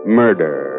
murder